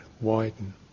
widen